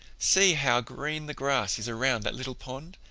see how green the grass is around that little pond,